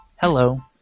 hello